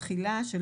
"תחילה3.